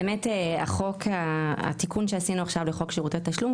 באמת התיקון שעשינו עכשיו לחוק שירותי תשלום,